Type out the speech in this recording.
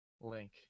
Link